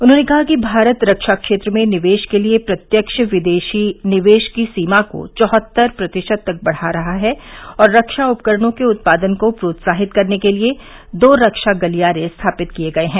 उन्होंने कहा कि भारत रक्षा क्षेत्र में निवेश के लिए प्रत्यक्ष विदेशी निवेश की सीमा को चौहत्तर प्रतिशत तक बढ़ा रहा है और रक्षा उपकरणों के उत्पादन को प्रोत्साहित करने के लिए दो रक्षा गलियारे स्थापित किए गए हैं